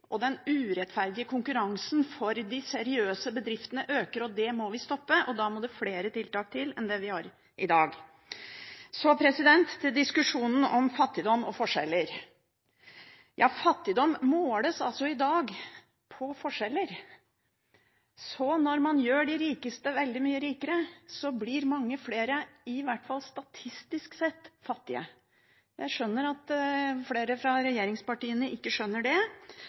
og den urettferdige konkurransen for de seriøse bedriftene øker. Det må vi stoppe, og da må det flere tiltak til enn det vi har i dag. Så til diskusjonen om fattigdom og forskjeller. Fattigdom måles i dag på forskjeller. Så når man gjør de rikeste veldig mye rikere, blir mange flere, i hvert fall statistisk sett, fattige. Jeg skjønner at flere fra regjeringspartiene ikke skjønner det,